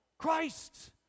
Christ